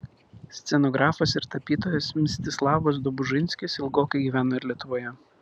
scenografas ir tapytojas mstislavas dobužinskis ilgokai gyveno ir lietuvoje